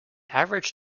average